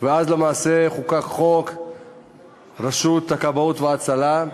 ואז למעשה חוקק חוק רשות הכבאות וההצלה.